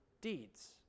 deeds